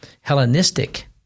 Hellenistic